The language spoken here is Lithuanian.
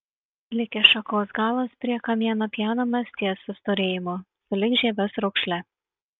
likęs šakos galas prie kamieno pjaunamas ties sustorėjimu sulig žievės raukšle